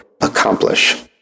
accomplish